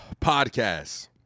podcast